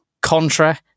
Contra